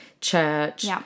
church